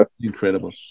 Incredible